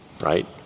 right